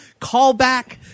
callback